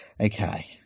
okay